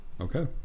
Okay